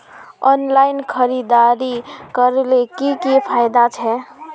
Online खरीदारी करले की की फायदा छे?